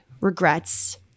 regrets